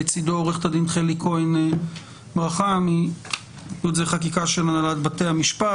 לצדו עוה"ד חלי כהן ברכה מייעוץ וחקיקה של הנהלת בתי המשפט.